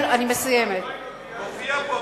מופיע פה